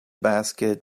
basket